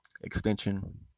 extension